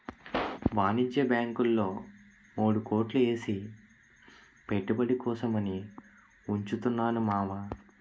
వాణిజ్య బాంకుల్లో మూడు కోట్లు ఏసి పెట్టుబడి కోసం అని ఉంచుతున్నాను మావా